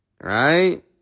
right